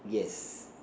yes